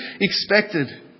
expected